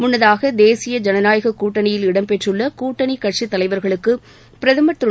முன்னதாக தேசிய ஜனநாயக கூட்டனியில் இடம் பெற்றுள்ள கூட்டணி கட்சித் தலைவர்களுக்கு பிரதமர் திரு